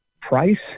price